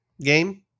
game